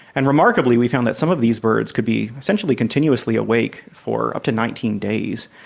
and remarkably we found that some of these birds could be essentially continuously awake for up to nineteen days.